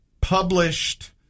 published